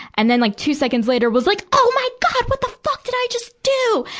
and then like two seconds later, was like, oh my god! what the fuck did i just do!